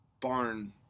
barn